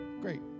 great